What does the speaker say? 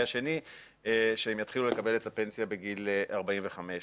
השני שהם יתחילו לקבל את הפנסיה בגיל 45,